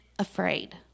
afraid